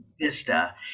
vista